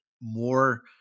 more